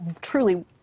truly